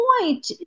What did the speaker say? point